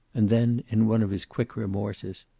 and then, in one of his quick remorses,